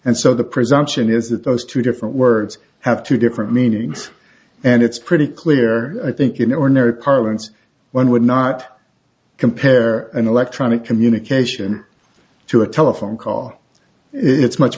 and so the presumption is that those two different words have two different meanings and it's pretty clear i think in ordinary parlance one would not compare an electronic communication to a telephone call it's much